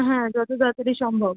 হ্যাঁ যত তাড়াতাড়ি সম্ভব